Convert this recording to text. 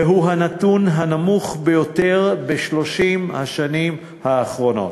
והוא הנתון הנמוך ביותר ב-30 השנים האחרונות.